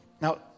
Now